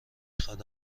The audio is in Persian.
خواد